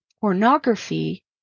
Pornography